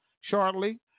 shortly